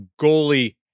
goalie